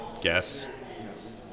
guess